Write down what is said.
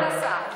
מה נעשה?